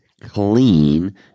clean